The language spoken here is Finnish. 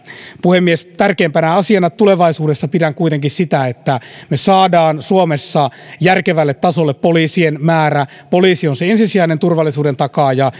puhemies tärkeimpänä asiana tulevaisuudessa pidän kuitenkin sitä että me saamme suomessa järkevälle tasolle poliisien määrän poliisi on se ensisijainen turvallisuuden takaaja